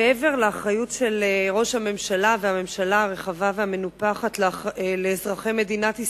מעבר לאחריות של ראש הממשלה והממשלה הרחבה והמנופחת לאזרחי מדינת ישראל,